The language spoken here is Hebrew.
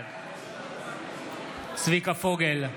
בעד צביקה פוגל,